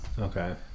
okay